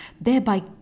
thereby